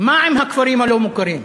מה עם הכפרים הלא-מוכרים?